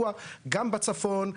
גם בצפון,